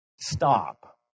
stop